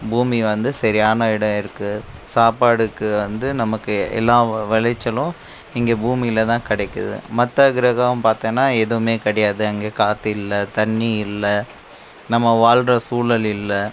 பூமி வந்து சரியான இடம் இருக்கு சாப்பாட்டுக்கு வந்து நமக்கு எல்லா விளைச்சலும் இங்கே பூமியில் தான் கிடைக்கிது மற்ற கிரகம் பாத்தோன்னா எதுவும் கிடையாது அங்கே காற்றில்ல தண்ணிர் இல்லை நம்ம வாழ்கிற சூழல் இல்லை